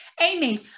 Amy